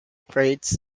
trades